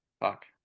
Fuck